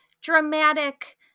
dramatic